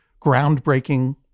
groundbreaking